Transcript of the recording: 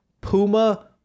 Puma